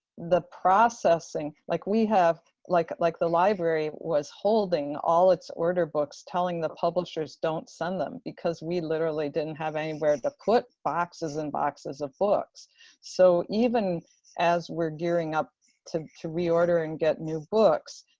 the processing like we have like like the library was holding all its order books telling the publishers don't send them because we literally didn't have anywhere to put boxes and boxes of books so even as we're gearing up to to reorder and get new books,